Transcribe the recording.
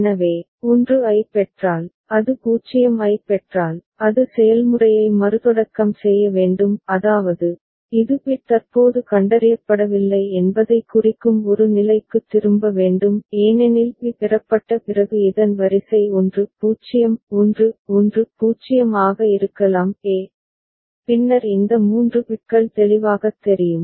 எனவே 1 ஐப் பெற்றால் அது 0 ஐப் பெற்றால் அது செயல்முறையை மறுதொடக்கம் செய்ய வேண்டும் அதாவது இது பிட் தற்போது கண்டறியப்படவில்லை என்பதைக் குறிக்கும் ஒரு நிலைக்குத் திரும்ப வேண்டும் ஏனெனில் பி பெறப்பட்ட பிறகு இதன் வரிசை 1 0 1 1 0 ஆக இருக்கலாம் a பின்னர் இந்த மூன்று பிட்கள் தெளிவாகத் தெரியும்